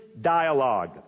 dialogue